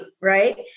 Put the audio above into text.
right